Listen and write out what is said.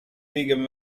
wigan